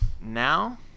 now